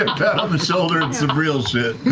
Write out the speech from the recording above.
pat on the shoulder and some real shit.